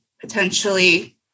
potentially